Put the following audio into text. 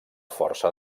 força